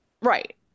Right